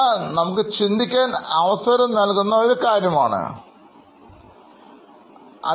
എന്നാൽ ആളുകൾക്ക് ചിന്തിക്കാൻ അവസരം നൽകുന്ന ഒരു കാര്യമാണിത്